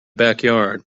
backyard